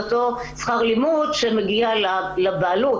זה אותו שכר לימוד שמגיע לבעלות.